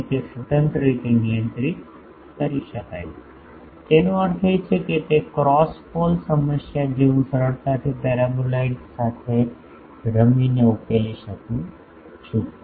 તેથી તે સ્વતંત્ર રીતે નિયંત્રિત કરી શકાય છે તેનો અર્થ એ છે કે ક્રોસ પોલ સમસ્યા જે હું સરળતાથી પેરાબોલોઇડ સાથે રમીને ઉકેલી શકું છું